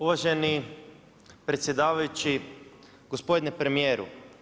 Uvaženi predsjedavajući, gospodine premjeru.